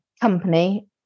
company